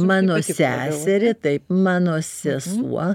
mano seserė taip mano sesuo